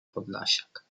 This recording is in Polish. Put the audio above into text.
podlasiak